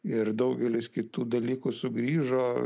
ir daugelis kitų dalykų sugrįžo